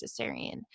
cesarean